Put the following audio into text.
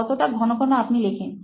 কতটা ঘন ঘন আপনি লেখেন